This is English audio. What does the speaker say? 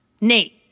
Nate